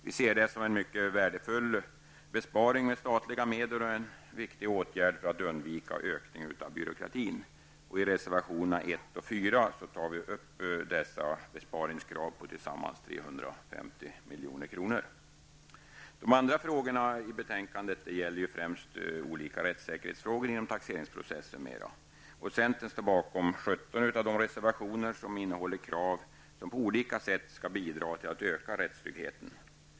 Vi ser det som en mycket värdefull besparing med statliga medel och en viktig åtgärd för att undvika en ökning av byråkratin. I reservationerna 1 och 4 tar vi upp dessa besparingskrav på tillsammans 350 De andra frågorna i betänkandet gäller främst rättssäkerheten inom taxeringsprocessen. Centern står bakom 17 av de reservationer som innehåller krav som på olika sätt skall bidra till att öka rättstryggheten.